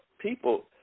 people